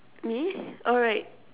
me alright